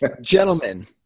gentlemen